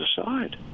aside